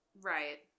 right